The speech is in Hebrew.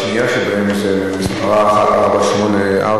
השנייה שבהן מספרה 1484,